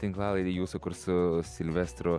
tinklalaidė jūsų kur su silvestru